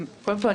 קודם כול,